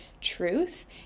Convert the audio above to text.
truth